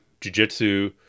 jiu-jitsu